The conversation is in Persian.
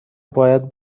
باید